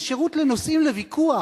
זה שירות לנושאים לוויכוח,